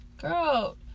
girl